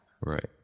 right